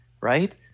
right